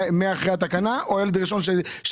אחרי התקנה או הילד הראשון של